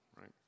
right